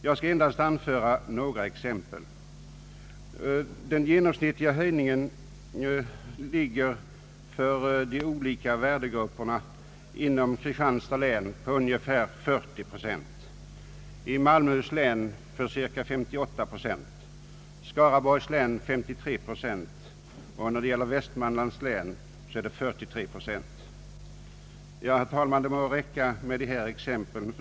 Jag skall endast anföra några exempel. Den genomsnittliga höjningen ligger för de olika värdegrupperna inom Kristianstads län vid ungefär 40 procent, i Malmöhus län vid cirka 58 procent, i Skaraborgs län vid 53 procent och i Västmanlands län vid 43 procent. Det må, herr talman, räcka med dessa exempel.